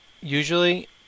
usually